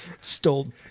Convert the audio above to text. Stole